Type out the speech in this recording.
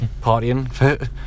partying